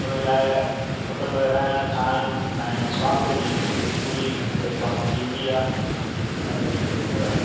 उन लाइ कुटुंबु रहणु खाइणु ऐं स्वास्थ्य जी हिते पूरी देखभाल थी वेंदी आहे इन में कोई उहा